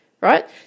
right